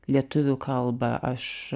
lietuvių kalbą aš